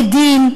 עדים,